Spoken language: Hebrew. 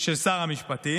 של שר המשפטים,